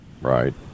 Right